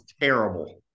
terrible